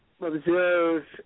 observe